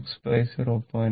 6 0